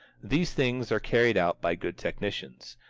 these things are carried out by good technicians.